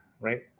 right